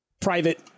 Private